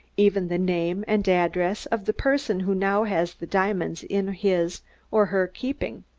even the name and address, of the person who now has the diamonds in his or her keeping.